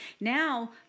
Now